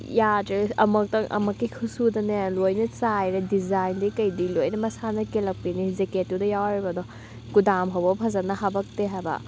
ꯌꯥꯗ꯭ꯔꯦ ꯑꯃꯨꯔꯛꯇꯪ ꯑꯃꯨꯔꯛꯀꯤ ꯈꯨꯠꯁꯨꯗꯅꯦ ꯂꯣꯏꯅ ꯆꯥꯏꯔꯦ ꯗꯤꯖꯥꯏꯟꯗꯩ ꯀꯩꯗꯩ ꯂꯣꯏꯅ ꯃꯁꯥꯅ ꯀꯦꯜꯂꯛꯄꯤꯅꯤ ꯖꯦꯀꯦꯠꯇꯨꯗ ꯌꯥꯎꯔꯤꯕꯗꯣ ꯀꯨꯗꯥꯝ ꯐꯥꯎꯕ ꯐꯖꯅ ꯍꯥꯄꯛꯇꯦ ꯍꯥꯏꯕ